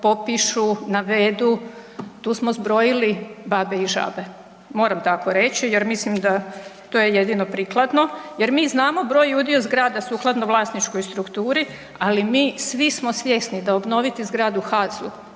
popišu, navedu, tu smo zbrojili babe i žabe. Moram tako reći jer mislim da to je jedino prikladno, jer mi znamo broj i udio zgrada sukladno vlasničkoj strukturi, ali mi svi smo svjesni da obnoviti zgradu HAZU